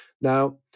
Now